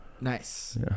nice